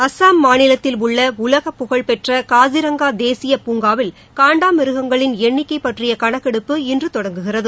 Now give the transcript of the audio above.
அசாம் மாநிலத்தில் உள்ள உலகபுகழ் பெற்ற காசிரங்கா தேசிய பூங்காவில் காண்டாமிருகங்களின் எண்ணிக்கை பற்றிய கணக்கெடுப்ப் இன்று தொடங்குகிறது